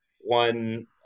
One